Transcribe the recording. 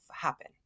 happen